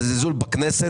זה זלזול בכנסת,